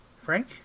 Frank